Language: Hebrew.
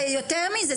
זה יותר מזה,